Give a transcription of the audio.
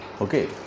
okay